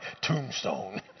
tombstone